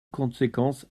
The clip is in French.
conséquence